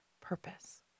purpose